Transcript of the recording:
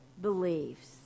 beliefs